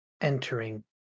entering